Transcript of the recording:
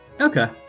Okay